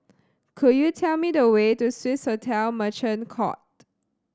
could you tell me the way to Swissotel Merchant Court